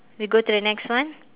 we go to the next one